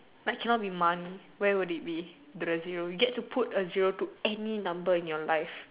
like cannot be money where would it be the zero you get to put a zero to any number in your life